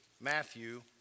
Matthew